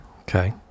Okay